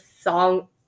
song